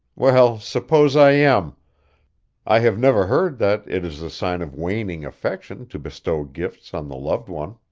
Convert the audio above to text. well, suppose i am i have never heard that it is a sign of waning affection to bestow gifts on the loved one.